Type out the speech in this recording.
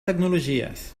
tecnologies